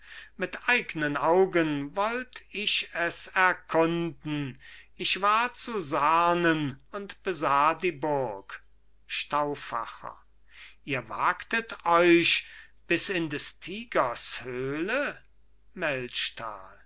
mit eignen augen wollt ich es erkunden ich war zu sarnen und besah die burg stauffacher ihr wagtet euch bis in des tigers höhle